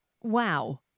Wow